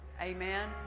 amen